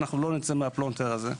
לא נצא מהפלונטר הזה.